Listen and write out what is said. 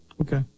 Okay